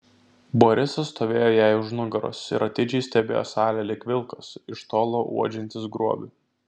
borisas stovėjo jai už nugaros ir atidžiai stebėjo salę lyg vilkas iš tolo uodžiantis grobį